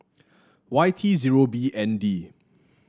Y T zero B N D